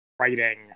writing